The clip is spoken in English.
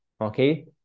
okay